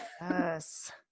Yes